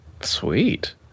Sweet